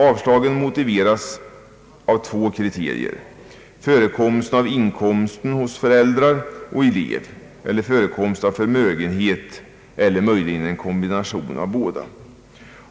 Avslagen motiveras av två kriterier: förekomst av inkomst hos föräldrar och elever eller förekomst av förmögenhet eller möjligen en kombination av båda.